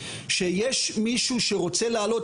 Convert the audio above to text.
שיש מישהו שרוצה לעלות,